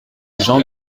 jean